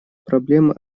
проблемы